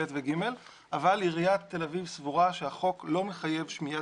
אבל עיריית תל אביב סבורה שהחוק לא מחייב שמיעה